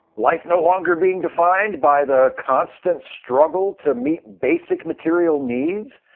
life no longer being defined by the constant struggle to meet basic material needs.